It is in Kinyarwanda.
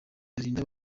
birinda